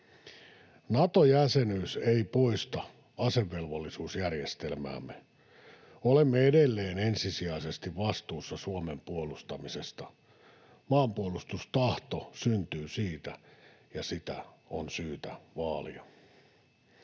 Nato-jäsenyys ei poista asevelvollisuusjärjestelmäämme. Olemme edelleen ensisijaisesti vastuussa Suomen puolustamisesta. Maanpuolustustahto syntyy siitä, ja sitä on syytä vaalia.